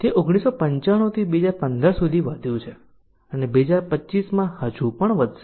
તે 1995 થી 2015 સુધી વધ્યું છે અને 2025 માં હજુ પણ વધશે